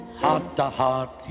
heart-to-heart